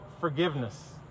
forgiveness